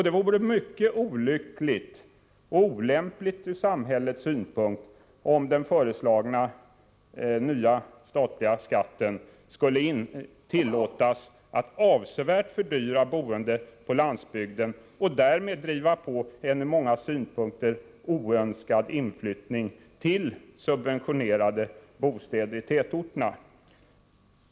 Det vore mycket olyckligt och olämpligt ur samhällets synpunkt om den föreslagna statliga fastighetsskatten skulle tillåtas att avsevärt fördyra boendet på landsbygden och därmed driva på en ur många synpunkter oönskad inflyttning till subventionerade bostäder i tätorterna.